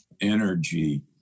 energy